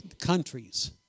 countries